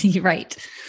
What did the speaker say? Right